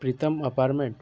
Pritam apartment